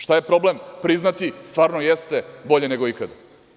Šta je problem priznati - stvarno jeste bolje nego ikada.